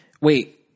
wait